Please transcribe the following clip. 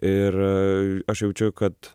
ir aš jaučiu kad